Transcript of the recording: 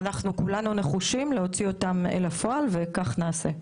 כולנו נחושים להוציא אל הפועל וכך נעשה.